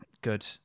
good